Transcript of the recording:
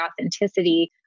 authenticity